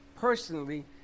personally